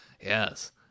Yes